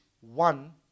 one